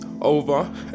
over